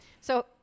So-